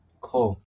Cool